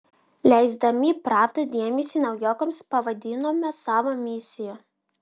leisdami pravdą dėmesį naujokams pavadinome savo misija